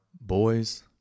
boys